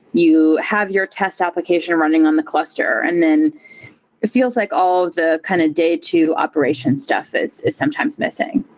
you have your test application running on the cluster, and then it feels like all the kind of day two operation stuff is is sometimes missing.